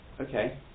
Okay